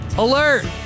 Alert